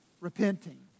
repenting